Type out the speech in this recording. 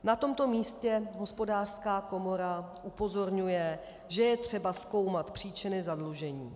Na tomto místě Hospodářská komora upozorňuje, že je třeba zkoumat příčiny zadlužení.